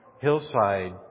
hillside